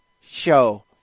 show